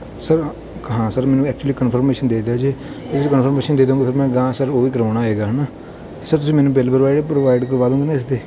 sir ਹਾਂ sir ਮੈਨੂੰ actually confirmation ਦੇ ਦਿਓ ਜੀ ਇਹਦੀ ਕੰਨਫ਼ਰਮੇਸਨ ਦੇ ਦੇਵੋਗੇ ਫਿਰ ਮੈਂ ਅਗਾਹਾਂ ਸਰ ਉਹ ਵੀ ਕਰਵਾਉਣਾ ਹੈਗਾ ਹੈ ਨਾ ਸਰ ਤੁਸੀਂ ਮੈਨੂੰ ਬਿਲ ਪ੍ਰੋਵਾਈਡ ਪ੍ਰੋਵਾਇਡ ਕਰਵਾ ਦੇਵੋਗੇ ਨਾ ਇਸ ਦੇ